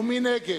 מי נגד?